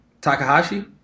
Takahashi